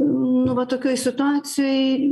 nu va tokioj situacijoj